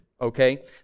Okay